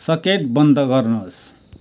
socket बन्द गर्नुहोस्